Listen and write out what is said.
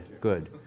good